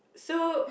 so